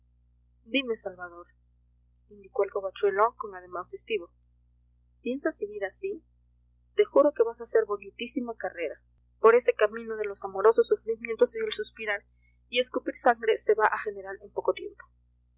dime salvador indicó el covachuelo con ademán festivo piensas seguir así te juro que vas a hacer bonitísima carrera por ese camino de los amorosos sufrimientos y del suspirar y escupir sangre se va a general en poco tiempo